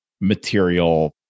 material